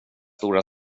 stora